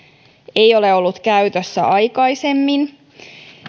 ei ole ollut käytössä aikaisemmin